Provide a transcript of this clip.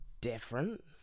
different